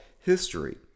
history